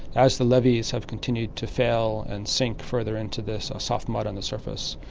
as the levies have continued to fail and sink further into this soft mud on the surface.